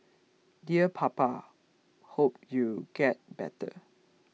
dear Papa hope you get better